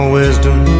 wisdom